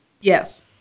Yes